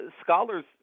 scholars